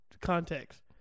context